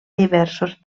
diversos